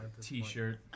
T-shirt